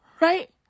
Right